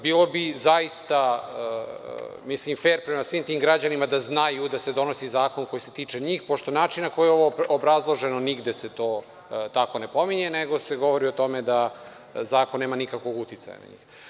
Bilo bi zaista fer prema svim tim građanima da znaju da sedonosi zakon koji se tiče njih, pošto način na koji je ovo obrazloženo nigde se to tako ne pominje, nego se govori o tome da zakon nema nikakvog uticaja.